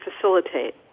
facilitate